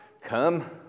come